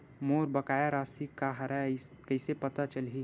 मोर बकाया राशि का हरय कइसे पता चलहि?